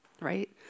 right